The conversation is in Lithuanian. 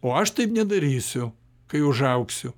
o aš taip nedarysiu kai užaugsiu